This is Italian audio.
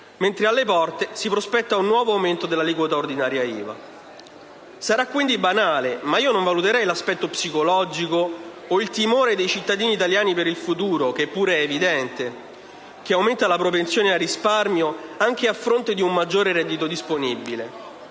mentre alle porte si prospetta un nuovo aumento dell'aliquota ordinaria IVA. Sarà dunque banale, ma io non valuterei l'aspetto psicologico o il timore dei cittadini italiani per il futuro (che pure è evidente) che aumenta la propensione al risparmio, anche a fronte di un maggiore reddito disponibile.